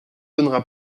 donnera